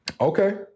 Okay